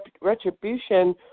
retribution